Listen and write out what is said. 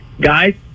Guys